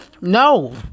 No